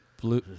blue